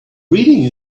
reading